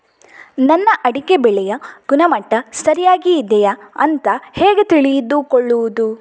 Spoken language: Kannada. ನನ್ನ ಅಡಿಕೆ ಬೆಳೆಯ ಗುಣಮಟ್ಟ ಸರಿಯಾಗಿ ಇದೆಯಾ ಅಂತ ಹೇಗೆ ತಿಳಿದುಕೊಳ್ಳುವುದು?